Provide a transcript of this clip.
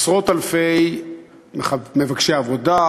עשרות אלפי מבקשי עבודה,